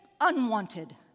unwanted